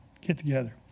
get-together